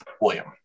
william